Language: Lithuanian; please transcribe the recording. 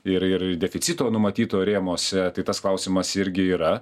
ir ir deficito numatyto rėmuose tai tas klausimas irgi yra